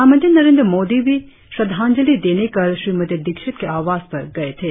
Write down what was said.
प्रधानमंत्री नरेंद्र मोदी भी श्रद्धांजलि देने कल श्रीमती दीक्षित के आवास पर गए थे